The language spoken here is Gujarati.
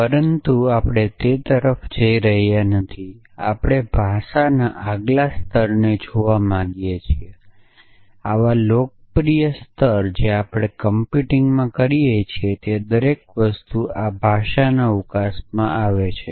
પરંતુ આપણે તે તરફ જઈ રહ્યા નથી આપણે ભાષાના આગલા સ્તરને જોવા માંગીએ છીએ આવા લોકપ્રિય સ્તર જે આપણે કમ્પ્યુટિંગમાં કરીએ છીએ તે દરેક વસ્તુ આ લેંગ્વેજના અવકાશમાં આવે છે